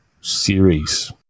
series